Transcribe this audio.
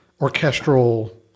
orchestral